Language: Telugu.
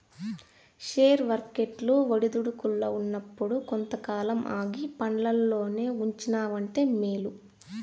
షేర్ వర్కెట్లు ఒడిదుడుకుల్ల ఉన్నప్పుడు కొంతకాలం ఆగి పండ్లల్లోనే ఉంచినావంటే మేలు